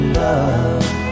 love